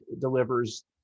delivers